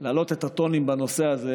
להעלות את הטונים בנושא הזה,